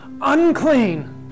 unclean